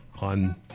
on